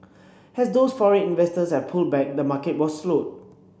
as those foreign investors have pulled back the market was slowed